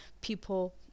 people